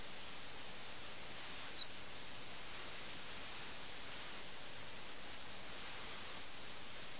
രാഷ്ട്രീയ സംഘർഷങ്ങൾ പോലും അവർ അനുഭവിക്കുന്ന ജയപരാജയങ്ങളെ ആശ്രയിച്ചിരിക്കുന്നു